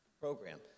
program